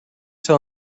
tell